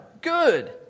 good